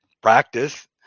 practice